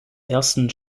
ersten